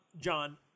John